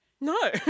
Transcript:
No